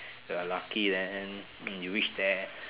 you're lucky then you reach there